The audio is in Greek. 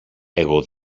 εγώ